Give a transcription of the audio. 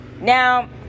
Now